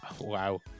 Wow